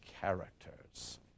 characters